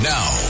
Now